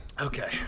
Okay